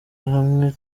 hamwe